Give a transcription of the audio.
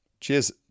Cheers